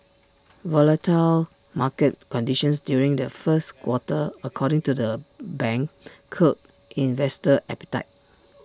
volatile market conditions during the first quarter according to the bank curbed investor appetite